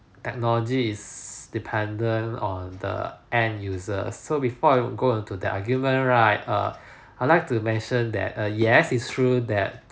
technology is dependent on the end users so before I would go on to that argument right err I like to mention that err yes it's true that